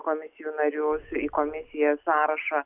komisijų narius į komisijos sąrašą